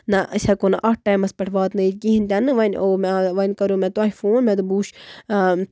نہ أسۍ ہٮ۪کَو نہٕ اَتھ ٹایمَس پٮ۪ٹھ واتنٲوِتھ کِہینۍ تہِ نہٕ وۄنۍ آو مےٚ وۄنۍ کَریاو مےٚ تۄہہِ فون مےٚ دوٚپ بہٕ وٕچھٕ